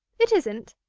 it isn't.